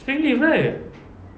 spring leaf right